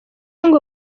ngo